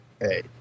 Hey